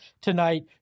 tonight